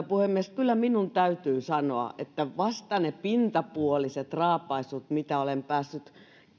puhemies kyllä minun täytyy sanoa että vasta ne pintapuoliset raapaisut mitä olen päässyt